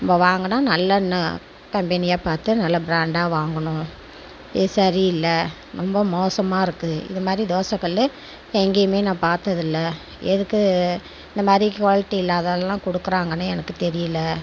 நம்ம வாங்கினா நல்ல இன்னும் கம்பெனியாக பார்த்து நல்ல ப்ராண்டா வாங்கணும் இது சரி இல்லை ரொம்ப மோசமாக இருக்குது இதுமாரி தோசை கல்லு எங்கேயுமே நான் பார்த்ததில்ல எதுக்கு இந்தமாதிரி குவாலிட்டி இல்லாததெல்லாம் கொடுக்குறாங்கன்னு எனக்குத் தெரியலை